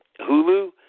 Hulu